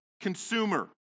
consumer